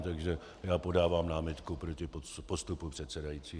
Takže já podávám námitku proti postupu předsedajícího.